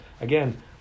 Again